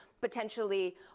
potentially